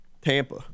Tampa